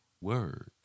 Word